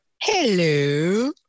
Hello